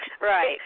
right